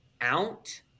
out